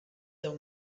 deu